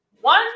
one